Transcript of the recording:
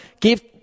give